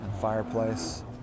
fireplace